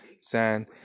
sand